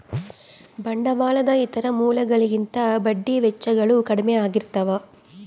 ಬಂಡವಾಳದ ಇತರ ಮೂಲಗಳಿಗಿಂತ ಬಡ್ಡಿ ವೆಚ್ಚಗಳು ಕಡ್ಮೆ ಆಗಿರ್ತವ